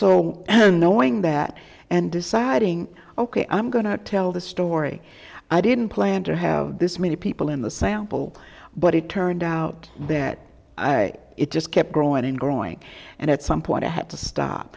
so and knowing that and deciding ok i'm going to tell the story i didn't plan to have this many people in the sample but it turned out that it just kept growing and growing and at some point i had to stop